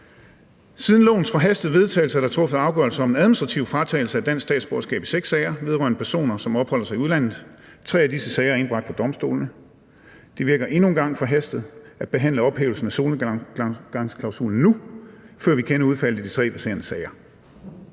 Siden lovens forhastede vedtagelse er der truffet afgørelse om en administrativ fratagelse af dansk statsborgerskab i seks sager vedrørende personer, som opholder sig i udlandet. Tre af disse sager er indbragt for domstolene. Det virker endnu engang forhastet at behandle ophævelsen af solnedgangsklausulen nu, før vi kender udfaldet af de tre verserende sager.